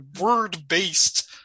word-based